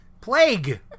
Plague